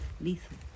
Lethal